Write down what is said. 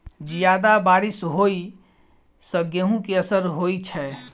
जियादा बारिश होइ सऽ गेंहूँ केँ असर होइ छै?